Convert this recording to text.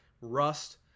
Rust